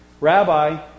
Rabbi